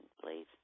please